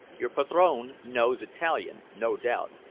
your padrone knows italian, no doubt.